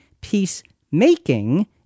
peacemaking